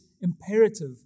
imperative